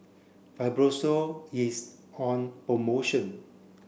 Fibrosol is on promotion